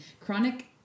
chronic